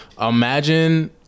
imagine